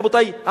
רבותי,